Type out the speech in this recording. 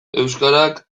euskarak